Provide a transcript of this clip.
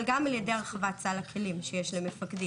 אנחנו עושים את זה גם על ידי הרחבת סל הכלים שיש למפקדים: